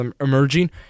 emerging